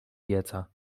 pieca